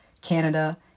Canada